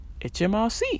HMRC